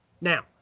Now